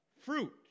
fruit